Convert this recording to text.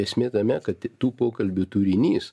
esmė tame kad tų pokalbių turinys